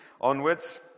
onwards